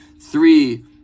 three